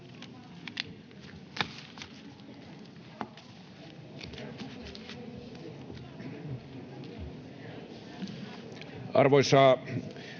Arvoisa